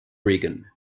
reagan